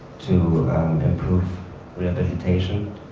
to improve rehabilitation,